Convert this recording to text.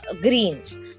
greens